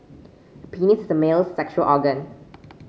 a penis is a male's sexual organ